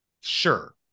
sure